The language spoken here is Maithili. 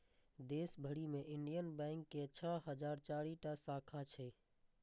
देश भरि मे इंडियन बैंक के छह हजार चारि टा शाखा छै